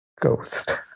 ghost